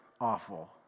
awful